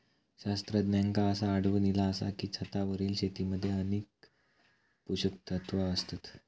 शास्त्रज्ञांका असा आढळून इला आसा की, छतावरील शेतीमध्ये अधिक पोषकतत्वा असतत